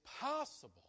possible